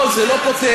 לא, זה לא פותר.